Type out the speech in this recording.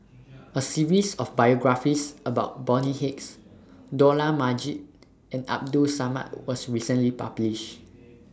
A series of biographies about Bonny Hicks Dollah Majid and Abdul Samad was recently published